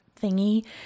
thingy